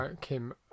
Kim